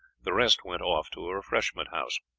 the rest went off to a refreshment house.